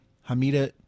Hamida